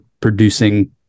producing